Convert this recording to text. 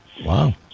Wow